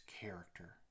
character